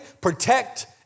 protect